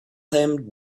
him